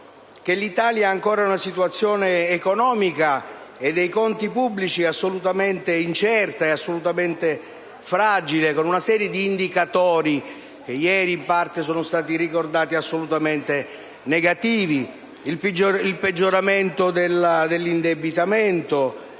l'Italia ha ancora una situazione economica e dei conti pubblici assolutamente incerta e fragile, con una serie di indicatori, che ieri in parte sono stati ricordati, assolutamente negativi. Mi riferisco al peggioramento dell'indebitamento,